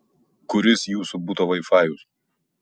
kuris jūsų buto vaifajus